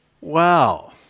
wow